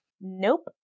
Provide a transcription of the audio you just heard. Nope